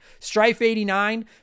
Strife89